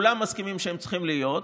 כולם מסכימים שהם צריכים להיות,